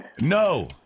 No